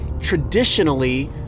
traditionally